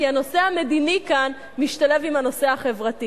כי הנושא המדיני כאן משתלב עם הנושא החברתי.